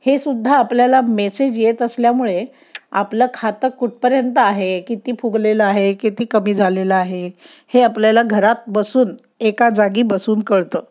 हे सुद्धा आपल्याला मेसेज येत असल्यामुळे आपलं खातं कुठपर्यंत आहे किती फुगलेलं आहे किती कमी झालेलं आहे हे आपल्याला घरात बसून एका जागी बसून कळतं